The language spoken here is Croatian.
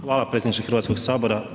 Hvala predsjedniče Hrvatskoga sabora.